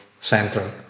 central